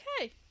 okay